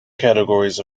categories